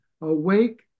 Awake